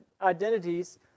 identities